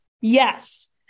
Yes